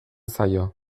zaio